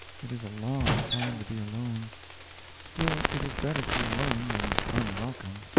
it is a long time to be alone still, it is better to be alone than unwelcome.